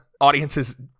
audiences